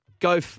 go